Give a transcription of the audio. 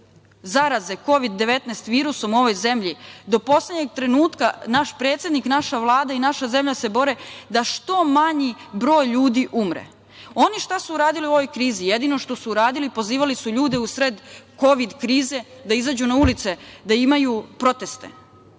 zaraze Kovid 19 virusom u ovoj zemlji do poslednjeg trenutka naš predsednik, naša Vlada i naša zemlja se bore da što manji broj ljudi umre. Oni šta su uradili u ovoj krizi? Jedino što su uradili pozivali su ljude u sred kovid krize da izađu na ulice da imaju proteste,